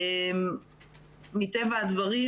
מטבע הדברים,